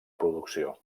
producció